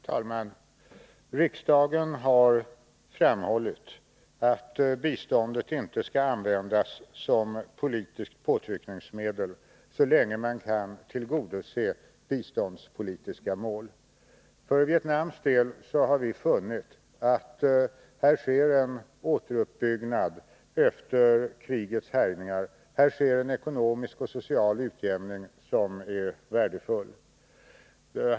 Herr talman! Riksdagen har framhållit att biståndet inte skall användas som politiskt påtryckningsmedel så länge man kan tillgodose biståndspolitiska mål. För Vietnams del har vi funnit att här sker en återuppbyggnad efter krigets härjningar. Här sker en ekonomisk och social utjämning, som är värdefull.